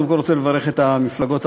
קודם כול רוצה לברך את המפלגות הערביות,